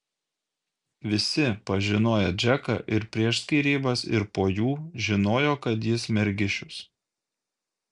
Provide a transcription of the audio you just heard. visi pažinoję džeką ir prieš skyrybas ir po jų žinojo kad jis mergišius